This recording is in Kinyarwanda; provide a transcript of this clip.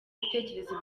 ibitekerezo